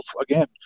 again